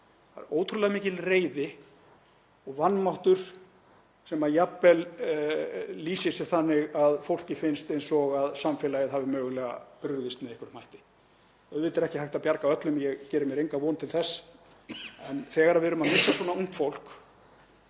það er ótrúlega mikil reiði, vanmáttur sem jafnvel lýsir sér þannig að fólki finnst eins og að samfélagið hafi mögulega brugðist með einhverjum hætti. Auðvitað er ekki hægt að bjarga öllum, ég geri mér enga von til þess. En þegar við erum að missa svona ungt fólk